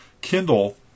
Kindle